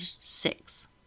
six